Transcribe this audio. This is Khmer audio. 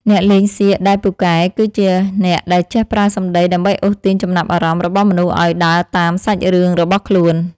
អ្នកលេងសៀកដែលពូកែគឺ ជាអ្នកដែលចេះប្រើសម្តីដើម្បីអូសទាញចំណាប់អារម្មណ៍របស់មនុស្សឱ្យដើរតាមសាច់រឿងរបស់ខ្លួន។